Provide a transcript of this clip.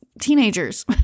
teenagers